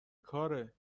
کاره